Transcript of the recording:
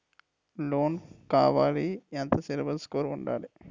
Loan కావాలి ఎంత CIBIL score ఉండాలి?